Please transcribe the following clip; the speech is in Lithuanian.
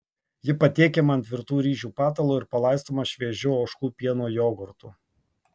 ji patiekiama ant virtų ryžių patalo ir palaistoma šviežiu ožkų pieno jogurtu